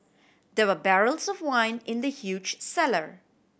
there were barrels of wine in the huge cellar